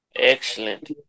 Excellent